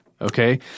okay